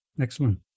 excellent